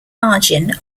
margin